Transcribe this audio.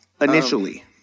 initially